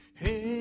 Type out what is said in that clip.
hey